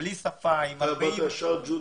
בלי שפה ועם הרבה אי ודאות.